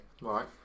Right